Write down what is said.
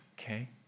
Okay